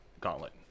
gauntlet